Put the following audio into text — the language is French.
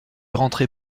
rentrer